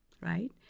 right